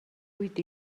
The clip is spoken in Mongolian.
үед